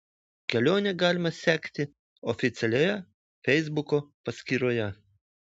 kelionę galima sekti oficialioje feisbuko paskyroje